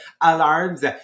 alarms